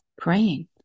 praying